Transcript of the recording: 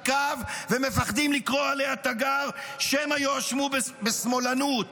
קו ומפחדים לקרוא עליה תיגר שמא יואשמו בשמאלנות.